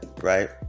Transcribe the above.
right